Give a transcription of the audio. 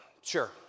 sure